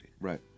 Right